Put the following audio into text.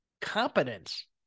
competence